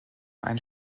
einen